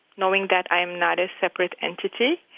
knowing that i'm not a separate entity,